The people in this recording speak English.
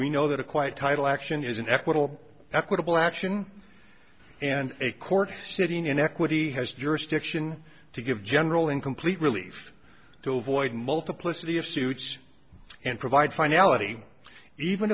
we know that a quite tight election is an equitable equitable action and a court sitting in equity has jurisdiction to give general incomplete relief to avoid multiplicity of suits and provide finality even